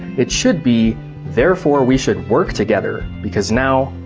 it should be therefore, we should work together, because now,